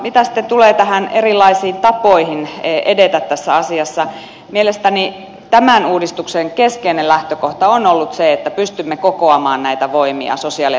mitä sitten tulee näihin erilaisiin tapoihin edetä tässä asiassa mielestäni tämän uudistuksen keskeinen lähtökohta on ollut se että pystymme kokoamaan näitä voimia sosiaali ja terveydenhuollossa